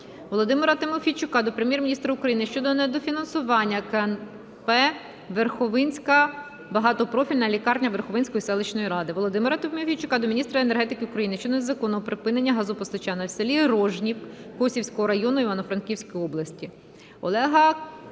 Володимира Тимофійчука до Прем'єр-міністра України щодо недофінансування КНП "Верховинська багатопрофільна лікарня Верховинської селищної ради". Володимира Тимофійчука до міністра енергетики України щодо незаконного припинення газопостачання у селі Рожнів Косівського району Івано-Франківської області. Олега Колєва